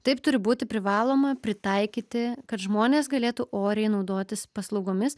taip turi būti privaloma pritaikyti kad žmonės galėtų oriai naudotis paslaugomis